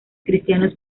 cristianos